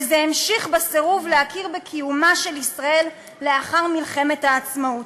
וזה המשיך בסירוב להכיר בקיומה של ישראל לאחר מלחמת העצמאות.